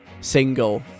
single